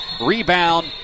Rebound